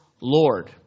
Lord